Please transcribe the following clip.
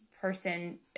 person